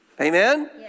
Amen